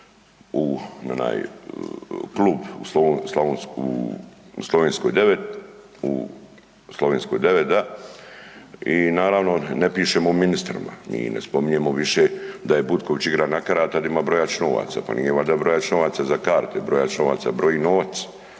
u klub Slovenskoj 9 i naravno ne pišemo o ministrima, m ne spominjemo više da je Butković igrao na karata da ima brojač novaca. Pa nije valjda brojač novaca za karte, brojač novaca broji novac,